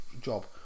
job